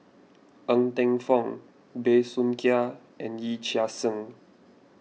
Ng Teng Fong Bey Soo Khiang and Yee Chia Hsing